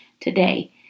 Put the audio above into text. today